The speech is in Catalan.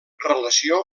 relació